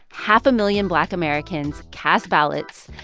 half a million black americans cast ballots.